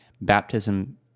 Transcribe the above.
baptism